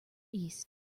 east